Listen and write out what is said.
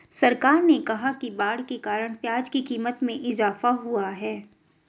सरकार ने कहा कि बाढ़ के कारण प्याज़ की क़ीमत में इजाफ़ा हुआ है